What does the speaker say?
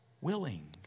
willing